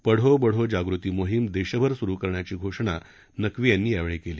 पढो बढो जागृती मोहीम देशभर सुरु करण्याची धोषणा नक्वी यांनी यावेळी केली